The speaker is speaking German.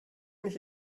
mich